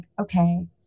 okay